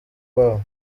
babo